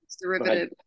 derivative